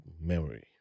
memory